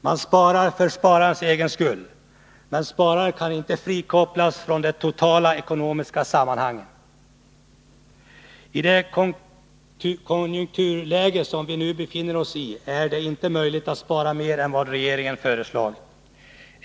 Man sparar för sparandets egen skull. Men sparandet kan inte frikopplas från de totala ekonomiska sammanhangen. I det konjunkturläge som vi nu befinner oss i är det inte möjligt att spara mer än det som regeringen föreslagit.